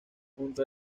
junto